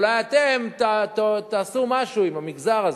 אולי אתם תעשו משהו עם המגזר הזה,